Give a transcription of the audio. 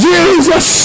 Jesus